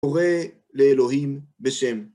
קורא לאלוהים בשם.